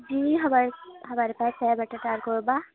جی ہمارے ہمارے پاس ہے مٹن دال قورمہ